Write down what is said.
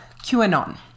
QAnon